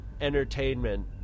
entertainment